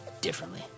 differently